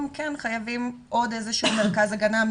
כן חייבים עוד איזה שהוא מרכז הגנה,